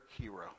hero